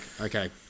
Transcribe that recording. okay